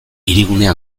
hirigunea